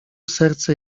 serce